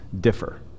differ